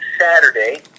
Saturday